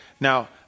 Now